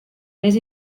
més